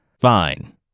Fine